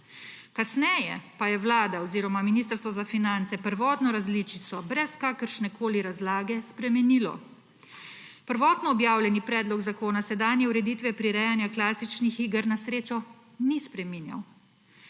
Kasneje pa je Vlada oziroma Ministrstvo za finance prvotno različico brez kakršnekoli razlage spremenilo. Prvotno objavljeni predlog zakona sedanje ureditve prirejanja klasičnih iger na srečo ni spreminjal.